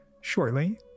shortly